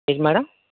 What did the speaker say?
ఏంటి మ్యాడమ్